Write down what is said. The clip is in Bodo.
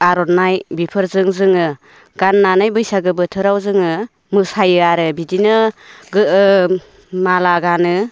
आर'नाइ बेफोरजों जोङो गाननानै बैसागु बोथोराव जोङो मोसायो आरो बिदिनो माला गानो